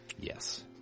Yes